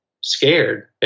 scared